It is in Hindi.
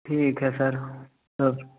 ठीक है सर सर